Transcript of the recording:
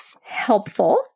helpful